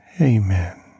Amen